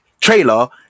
trailer